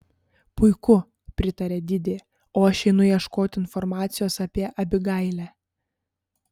puiku pritarė didi o aš einu ieškoti informacijos apie abigailę